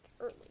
early